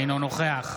אינו נוכח